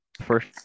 first